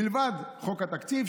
מלבד חוק התקציב,